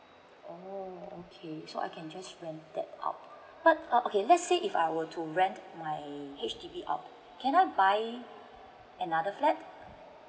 oh okay so I can just rent that out but uh okay let's say if I were to rent my H_D_B out can I buy another flat